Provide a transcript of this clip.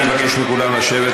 אני מבקש מכולם לשבת,